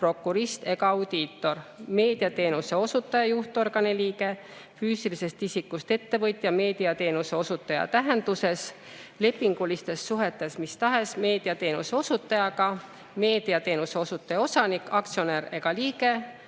prokurist ega audiitor, meediateenuse osutaja juhtorgani liige, füüsilisest isikust ettevõtja meediateenuse osutaja tähenduses, lepingulistes suhetes mis tahes meediateenuse osutajaga, meediateenuse osutaja osanik, aktsionär ega liige